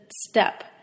step